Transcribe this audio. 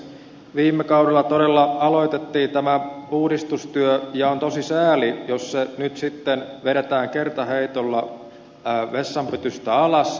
viime kaudella todella aloitettiin tämä uudistustyö ja on tosi sääli jos se nyt sitten vedetään kertaheitolla vessanpytystä alas